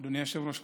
אדוני היושב-ראש,